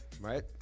right